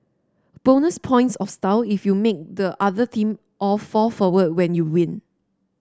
bonus points of style if you make the other team all fall forward when you win